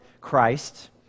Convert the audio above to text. Christ